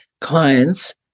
clients